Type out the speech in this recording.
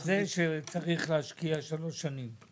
זה מותנה בזה שהוא צריך להשקיע שלוש שנים,